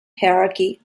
hierarchy